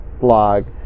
blog